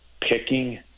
picking